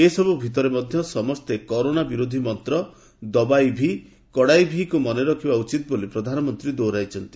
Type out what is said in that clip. ଏସବୁ ଭିତରେ ମଧ୍ୟ ସମସ୍ତେ କରୋନା ବିରୋଧୀ ମନ୍ତ୍ର 'ଦବାଇ ଭି କଡ଼ାଇ ଭି'କୁ ମନେ ରଖିବା ଉଚିତ ବୋଲି ପ୍ରଧାନମନ୍ତ୍ରୀ ଦୋହରାଇଛନ୍ତି